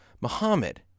Muhammad